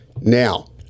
Now